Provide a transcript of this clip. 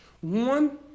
One